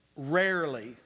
rarely